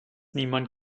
niemand